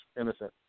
innocent